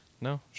No